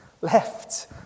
left